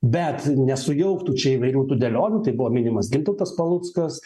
bet nesujauktų čia įvairių tų dėlionių tai buvo minimas gintautas paluckas